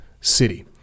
city